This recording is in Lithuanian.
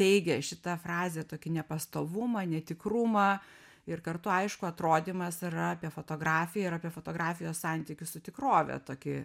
teigia šita frazė tokį nepastovumą netikrumą ir kartu aišku atrodymas yra apie fotografiją ir apie fotografijos santykį su tikrove tokį